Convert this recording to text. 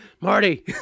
Marty